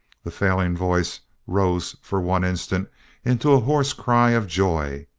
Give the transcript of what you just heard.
the failing voice rose for one instant into a hoarse cry of joy.